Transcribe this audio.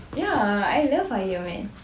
ya I love ironman